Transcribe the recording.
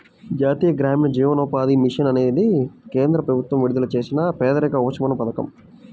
జాతీయ గ్రామీణ జీవనోపాధి మిషన్ అనేది కేంద్ర ప్రభుత్వం విడుదల చేసిన పేదరిక ఉపశమన పథకం